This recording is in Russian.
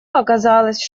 показалось